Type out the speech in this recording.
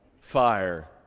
fire